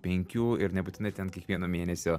penkių ir nebūtinai ten kiekvieno mėnesio